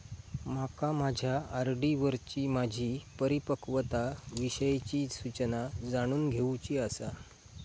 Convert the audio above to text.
माका माझ्या आर.डी वरची माझी परिपक्वता विषयची सूचना जाणून घेवुची आसा